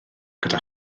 gyda